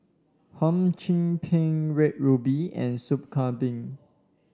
Hum Chim Peng Red Ruby and Soup Kambing